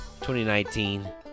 2019